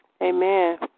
amen